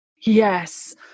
Yes